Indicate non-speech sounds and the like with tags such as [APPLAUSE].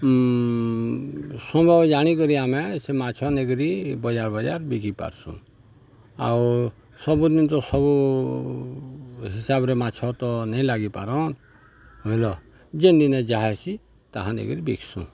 [UNINTELLIGIBLE] ଜାଣିକରି ଆମେ ସେ ମାଛ ନେଇକିରି ବଜାର ବଜାର ବିକିପାର୍ସୁଁ ଆଉ ସବୁଦିନ୍ ତ ସବୁ ହିସାବ୍ରେ ମାଛ ତ ନେଇ ଲାଗିପାରନ୍ ବୁଝ୍ଲ ଯେନ୍ ଦିନେ ଯାହା ହେସି ତାହା ନେଇକରି ବିକ୍ସୁଁ